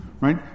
right